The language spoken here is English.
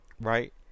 Right